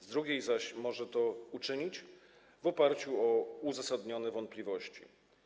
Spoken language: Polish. Z drugiej zaś może to uczynić w oparciu o uzasadnione wątpliwości.